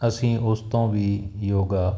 ਅਸੀਂ ਉਸ ਤੋਂ ਵੀ ਯੋਗਾ